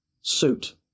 suit